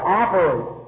operate